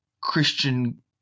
Christian